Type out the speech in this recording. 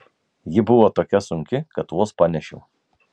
ji buvo tokia sunki kad vos panešiau